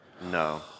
No